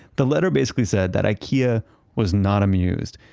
the letter basically said that ikea was not amused.